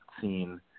seen